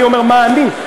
אני אומר מה אני,